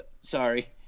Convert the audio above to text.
Sorry